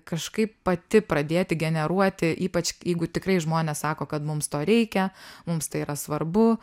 kažkaip pati pradėti generuoti ypač jeigu tikrai žmonės sako kad mums to reikia mums tai yra svarbu